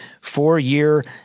four-year